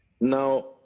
Now